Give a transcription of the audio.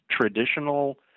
traditional